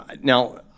now